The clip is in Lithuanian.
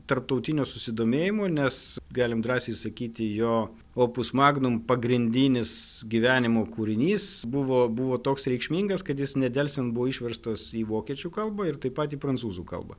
tarptautinio susidomėjimo nes galim drąsiai sakyti jo opus magnum pagrindinis gyvenimo kūrinys buvo buvo toks reikšmingas kad jis nedelsiant buvo išverstas į vokiečių kalbą ir taip pat į prancūzų kalbą